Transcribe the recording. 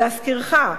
להזכירך,